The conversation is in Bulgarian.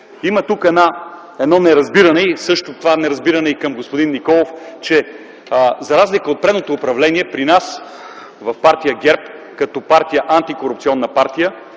има едно неразбиране. То също е и към господин Николов, че за разлика от предното управление при нас в партия ГЕРБ като антикорупционна партия